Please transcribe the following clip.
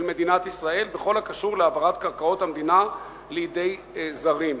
מדינת ישראל בכל הקשור להעברת קרקעות המדינה לידי זרים.